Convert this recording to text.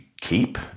keep